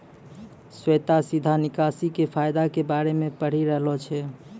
श्वेता सीधा निकासी के फायदा के बारे मे पढ़ि रहलो छै